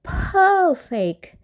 perfect